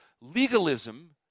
Legalism